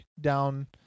down